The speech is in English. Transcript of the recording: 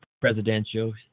presidential